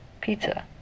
pizza